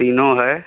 तीनों है